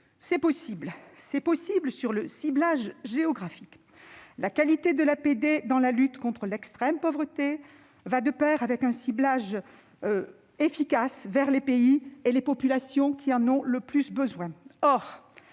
progresser. C'est possible sur le ciblage géographique. La qualité de l'APD dans la lutte contre l'extrême pauvreté va de pair avec un ciblage efficace vers les pays et les populations qui en ont le plus besoin.